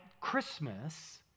Christmas